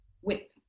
whip